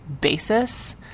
basis